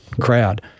crowd